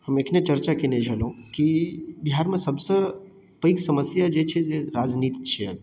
हम अखने चर्चा केने छलहुॅं की बिहारमे सबसे पैघ समस्या जे छै से राजनीत छियै